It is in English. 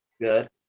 good